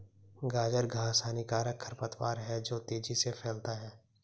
गाजर घास हानिकारक खरपतवार है जो तेजी से फैलता है